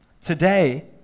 Today